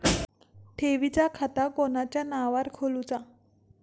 ठेवीचा खाता कोणाच्या नावार खोलूचा?